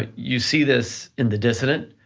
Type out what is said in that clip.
ah you see this in the dissident,